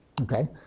Okay